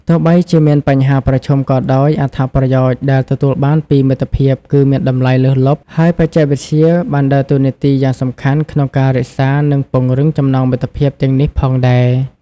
ទោះបីជាមានបញ្ហាប្រឈមក៏ដោយ អត្ថប្រយោជន៍ដែលទទួលបានពីមិត្តភាពគឺមានតម្លៃលើសលប់ ហើយបច្ចេកវិទ្យាបានដើរតួនាទីយ៉ាងសំខាន់ក្នុងការរក្សានិងពង្រឹងចំណងមិត្តភាពទាំងនេះផងដែរ ។